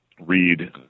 read